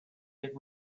get